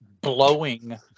blowing